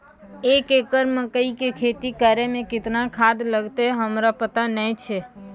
एक एकरऽ मकई के खेती करै मे केतना खाद लागतै हमरा पता नैय छै?